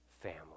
family